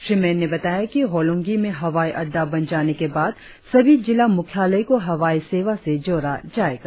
श्री मेन ने बताया कि होलोंगी में हवाई अड़डा बन जाने के बाद सभी जिला मुख्यालय को हवाई सेवा से जोड़ा जाएगा